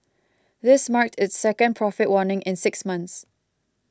this marked its second profit warning in six months